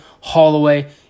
Holloway